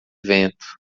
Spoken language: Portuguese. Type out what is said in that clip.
vento